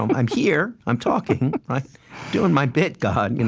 um i'm here, i'm talking. i'm doing my bit, god. you know